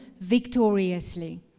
victoriously